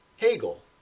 Hegel